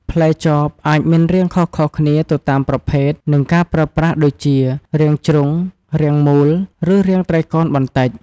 ផ្លែចបអាចមានរាងខុសៗគ្នាទៅតាមប្រភេទ និងការប្រើប្រាស់ដូចជា រាងជ្រុង រាងមូល ឬរាងត្រីកោណបន្តិច។